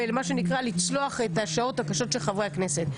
ומה שנקרא לצלוח את השעות הקשות של חברי הכנסת.